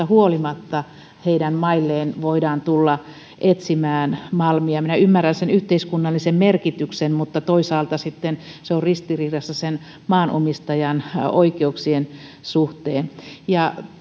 huolimatta heidän mailleen voidaan tulla etsimään malmia minä ymmärrän sen yhteiskunnallisen merkityksen mutta toisaalta sitten se on ristiriidassa maanomistajan oikeuksien suhteen ja